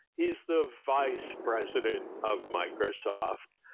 he's the vice president of microsoft,